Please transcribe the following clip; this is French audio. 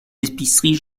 épiceries